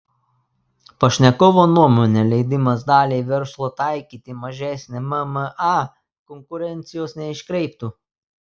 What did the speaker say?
pašnekovo nuomone leidimas daliai verslo taikyti mažesnę mma konkurencijos neiškreiptų